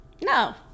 No